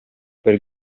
per